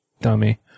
dummy